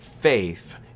faith